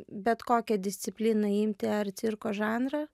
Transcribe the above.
bet kokią discipliną imti ar cirko žanrą